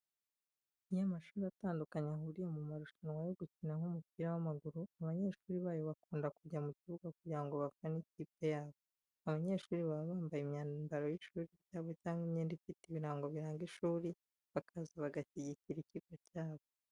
Iyo amashuri atandukanye ahuriye mu marushanwa yo gukina nk'umupira w'amaguru, abanyeshuri bayo bakunda kujya ku kibuga kugira ngo bafane ikipe yabo. Abanyeshuri baba bambaye imyambaro y'ishuri ryabo cyangwa imyenda ifite ibirango biranga ishuri, bakaza bagashyigikira ikigo cyabo.